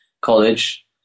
college